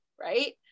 Right